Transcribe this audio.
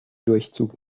durchzug